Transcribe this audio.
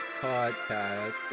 podcast